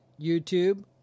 YouTube